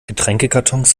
getränkekartons